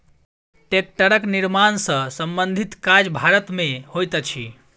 टेक्टरक निर्माण सॅ संबंधित काज भारत मे होइत अछि